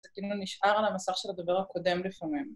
‫אתה כאילו נשאר על המסך ‫של הדובר הקודם לפעמים.